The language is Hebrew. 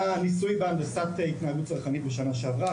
ניסוי בהנדסת התנהגות צרכנית בשנה שעברה,